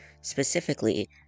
specifically